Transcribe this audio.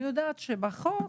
אני יודעת שבחוק,